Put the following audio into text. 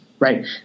Right